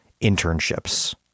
internships